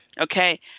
Okay